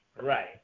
right